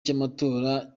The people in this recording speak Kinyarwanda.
cy’amatora